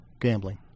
gambling